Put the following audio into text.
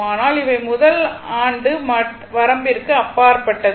ஆனால் இவை முதல் ஆண்டு மட்ட வரம்பிற்கு அப்பாற்பட்டது